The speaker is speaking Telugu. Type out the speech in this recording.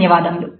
ధన్యవాదములు